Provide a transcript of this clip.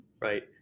right